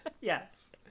yes